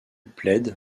plaide